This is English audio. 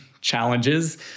challenges